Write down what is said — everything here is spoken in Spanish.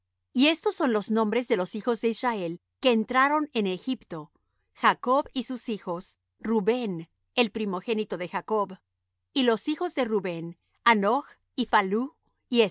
y estos son los nombres de los hijos de israel que entraron en egipto jacob y sus hijos rubén el primogénito de jacob y los hijos de rubén hanoch y phallu